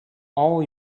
all